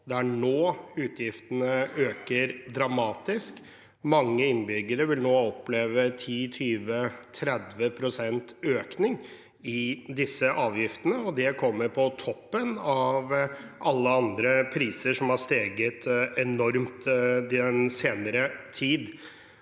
Det er nå utgiftene øker dramatisk. Mange innbyggere vil nå oppleve 10–20–30 pst. økning i disse avgiftene, og det kommer på toppen av alle andre priser som har steget enormt den senere tid.